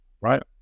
right